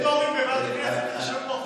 למה הצעת חוק של בוסו לא עולה?